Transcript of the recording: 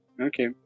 Okay